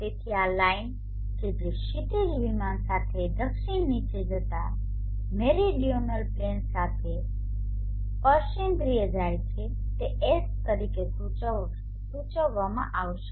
તેથી આ લાઇન કે જે ક્ષિતિજ વિમાન સાથે દક્ષિણ નીચે જતા મેરીડિઓનલ પ્લેન માટે સ્પર્શેન્દ્રિય જાય છે તે એસ તરીકે સૂચવવામાં આવશે